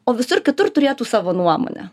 o visur kitur turėtų savo nuomonę